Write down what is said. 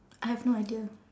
I have no idea